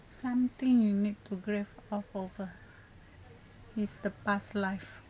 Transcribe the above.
something you need to grave all over is the past life